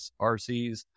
RCs